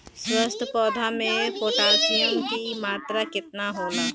स्वस्थ पौधा मे पोटासियम कि मात्रा कितना होला?